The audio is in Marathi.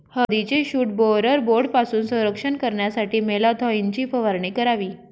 हळदीचे शूट बोअरर बोर्डपासून संरक्षण करण्यासाठी मॅलाथोईनची फवारणी करावी